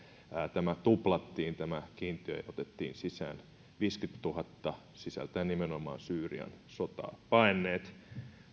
tämä kiintiö tuplattiin ja otettiin sisään viisikymmentätuhatta sisältäen nimenomaan syyrian sotaa paenneet